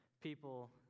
people